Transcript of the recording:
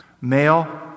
male